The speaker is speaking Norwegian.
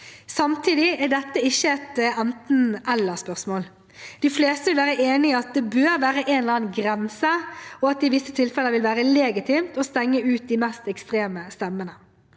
Samtidig er dette ikke et enten–eller-spørsmål. De fleste vil være enige i at det bør være en eller annen grense, og at det i visse tilfeller vil være legitimt å stenge ute de mest ekstreme stemmene.